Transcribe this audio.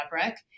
fabric